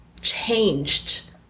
changed